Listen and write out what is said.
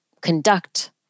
conduct